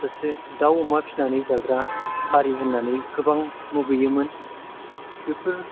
सासे दाव अमा फिसिनानै जाग्रा हारि होननानै मुगैयोमोन बेफोर